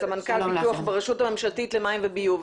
סמנכ"ל פיתוח ברשות הממשלתית למים וביוב,